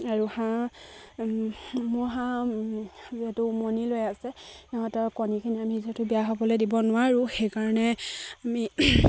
আৰু হাঁহ মোৰ হাঁহ যিহেতু উমনি লৈ আছে সিহঁতৰ কণীখিনি আমি যিহেতু বেয়া হ'বলৈ দিব নোৱাৰোঁ সেইকাৰণে আমি